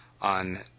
on